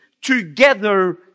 together